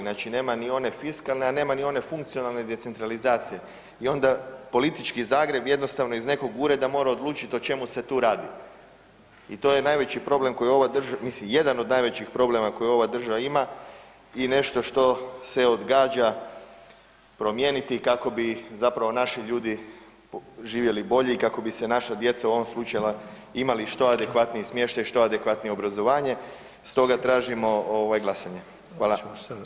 Znači nema ni one fiskalne, a nema ni one funkcionalne decentralizacije i onda politički Zagreb jednostavno iz nekog ureda mora odlučiti o čemu se tu radi i to je najveći problem koji ova .../nerazumljivo/... mislim jedan od najvećih problema koji ova država ima i nešto što se odgađa promijeniti kako bi zapravo naši ljudi živjeli bolje i kako bi se naša djeca u ovom slučaju imali što adekvatniji smještaj i što adekvatnije obrazovanje, stoga tražimo glasanje.